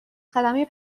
خدمه